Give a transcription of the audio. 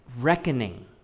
reckoning